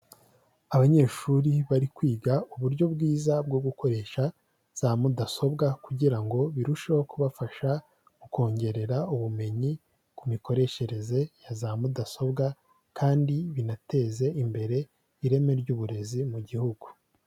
Abanyeshuri bari kwiga uburyo bwiza bwo gukoresha za mudasobwa, kugira ngo birusheho kubafasha mu kongerera ubumenyi ku mikoreshereze ya za mudasobwa, kandi binateze imbere ireme ry'uburezi mu gihugu.